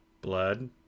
blood